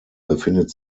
befindet